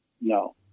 no